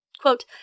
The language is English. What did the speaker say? Quote